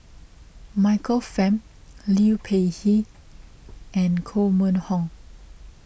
Michael Fam Liu Peihe and Koh Mun Hong